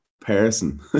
person